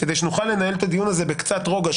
כדי שנוכל לנהל את הדיון הזה קצת ברוגע,